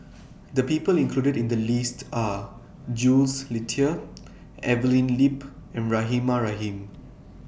The People included in The list Are Jules Itier Evelyn Lip and Rahimah Rahim